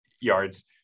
yards